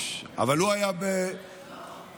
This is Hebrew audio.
אבל הוא היה בפולין,